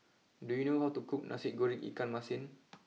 do you know how to cook Nasi Goreng Ikan Masin